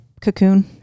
cocoon